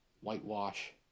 whitewash